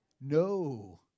no